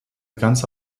ganze